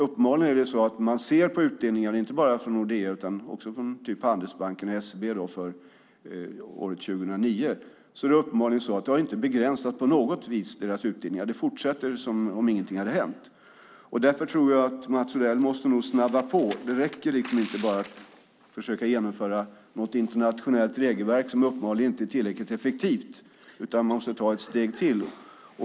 Man ser på utdelningar, inte bara från Nordea utan också från Handelsbanken och SEB för 2009 att det inte på något vis har begränsat deras utdelningar. Det fortsätter som om ingenting har hänt. Därför tror jag att Mats Odell måste snabba på. Det räcker inte med att försöka genomföra något internationellt regelverk som uppenbarligen inte är tillräckligt effektivt. Man måste ta ett steg till.